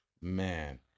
man